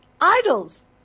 idols